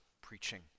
preaching